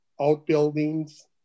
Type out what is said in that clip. outbuildings